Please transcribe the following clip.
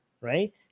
right